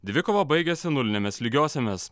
dvikova baigėsi nulinėmis lygiosiomis